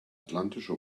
atlantische